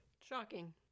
shocking